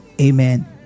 Amen